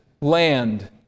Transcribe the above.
land